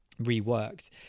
reworked